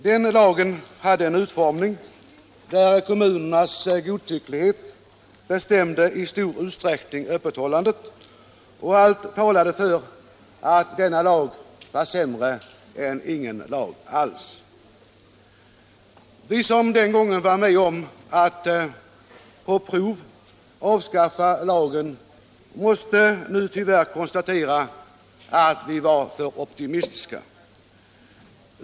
Den lagen hade en utformning där kommunernas godtycklighet i stor utsträckning bestämde öppethållandet, och allt talade för att denna lag var sämre än ingen lag alls. Vi som den gången var med om att på prov avskaffa lagen måste nu tyvärr konstatera att vi var för optimistiska.